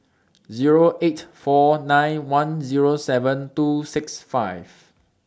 Zero eight four nine one Zero seven two six five